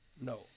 no